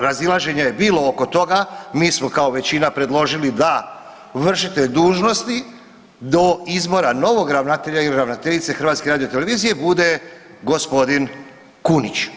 Razilaženja je bilo oko toga, mi smo kao većina predložili da vršitelj dužnosti do izbora novog ravnatelja ili ravnateljice HRT bude gospodin Kunić.